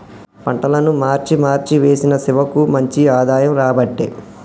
పంటలను మార్చి మార్చి వేశిన శివకు మంచి ఆదాయం రాబట్టే